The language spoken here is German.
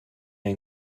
ein